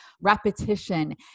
repetition